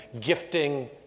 gifting